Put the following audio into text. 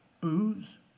Booze